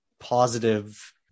positive